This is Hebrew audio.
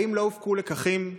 האם לא הופקו לקחים?